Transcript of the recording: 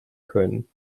können